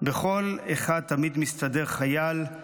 בכל אחד תמיד מסתתר חייל /